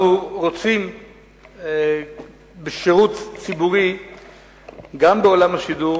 אנחנו רוצים בשירות ציבורי גם בעולם השידור,